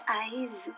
eyes